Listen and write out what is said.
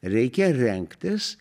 reikia rengtis